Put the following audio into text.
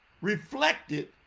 reflected